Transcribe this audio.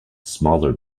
smaller